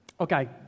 Okay